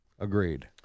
Agreed